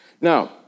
Now